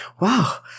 Wow